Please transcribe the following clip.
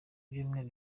byumweru